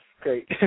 great